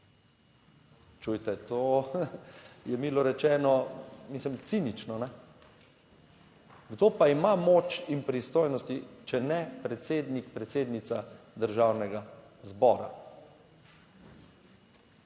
Čujte, to je milo rečeno, mislim, cinično. Kdo pa ima moč in pristojnosti, če ne predsednik, predsednica Državnega zbora?